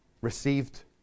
received